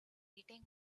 eating